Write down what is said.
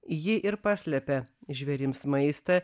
ji ir paslepia žvėrims maistą